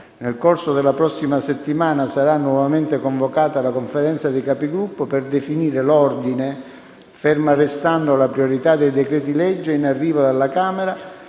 Nel corso della prossima settimana sarà nuovamente convocata la Conferenza dei Capigruppo, per definire l'ordine, ferma restando la priorità dei decreti-legge in arrivo dalla Camera,